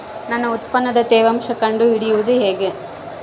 ನನ್ನ ಉತ್ಪನ್ನದ ತೇವಾಂಶ ಕಂಡು ಹಿಡಿಯುವುದು ಹೇಗೆ?